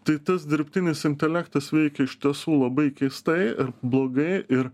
tai tas dirbtinis intelektas veikia iš tiesų labai keistai ir blogai ir